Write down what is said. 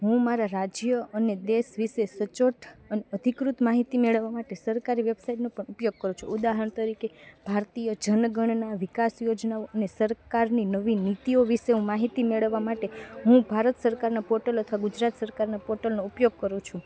હું મારા રાજ્ય અને દેશ વિષે સચોટ અને અધિકૃત માહિતી મેળવવા માટે સરકારી વેબસાઈટનો પણ ઉપયોગ કરું છું ઉદાહરણ તરીકે ભારતીય જન ગણના વિકાસ યોજનાઓ અને સરકારની નવી નીતિઓ વિષે હું માહિતી મેળવવા માટે હું ભારત સરકારના પોર્ટલ અથવા ગુજરાત સરકારના પોર્ટલનો ઉપયોગ કરું છું